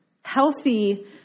healthy